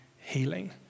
healing